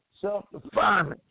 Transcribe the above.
self-defining